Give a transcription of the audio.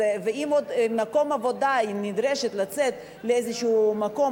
או אם ממקום העבודה היא נדרשת לצאת לאיזה מקום,